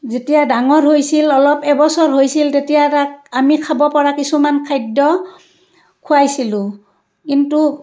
যেতিয়া ডাঙৰ হৈছিল অলপ এবছৰ হৈছিল তেতিয়া তাক আমি খাব পৰা কিছুমান খাদ্য খুৱাইছিলোঁ কিন্তু